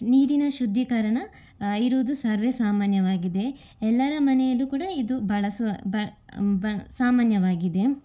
ನೀರಿನ ಶುದ್ಧೀಕರಣ ಇರುವುದು ಸರ್ವೇಸಾಮಾನ್ಯವಾಗಿದೆ ಎಲ್ಲರ ಮನೆಯಲ್ಲು ಕೂಡ ಇದು ಬಳಸುವ ಬ ಬ ಸಾಮಾನ್ಯವಾಗಿದೆ